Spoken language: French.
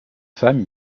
femme